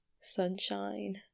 sunshine